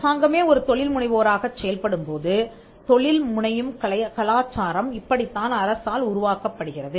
அரசாங்கமே ஒரு தொழில்முனைவோராகச் செயல்படும்போது தொழில் முனையும் கலாச்சாரம் இப்படித்தான் அரசால் உருவாக்கப்படுகிறது